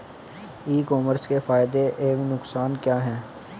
ई commerce के फायदे एवं नुकसान क्या हैं?